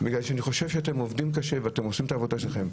בגלל שאני חושב שאתם עובדים קשה ואתם עושים את העבודה שלכם,